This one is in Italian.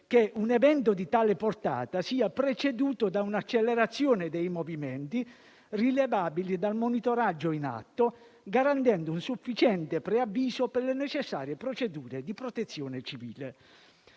che un evento di tale portata sia preceduto da un'accelerazione dei movimenti rilevabili dal monitoraggio in atto, garantendo un sufficiente preavviso per le necessarie procedure di protezione civile.